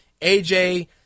AJ